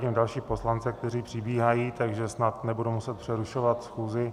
Vidím další poslance, kteří přibíhají, takže snad nebudu muset přerušovat schůzi.